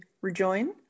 rejoin